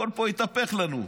הכול פה התהפך לנו.